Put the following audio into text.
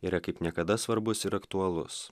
yra kaip niekada svarbus ir aktualus